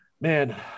Man